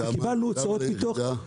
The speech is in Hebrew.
קיבלנו הוצאות פיתוח --- כמה ליחידה?